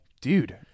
dude